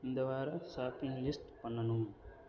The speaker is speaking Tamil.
இந்த வார ஷாப்பிங் லிஸ்ட் பண்ணனும்